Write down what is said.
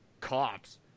cops